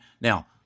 Now